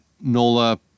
Nola